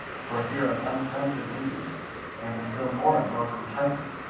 for fear of unfriendly indians and the still more unwelcome tiger.